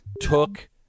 took